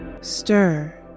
Stir